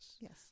Yes